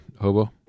hobo